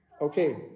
okay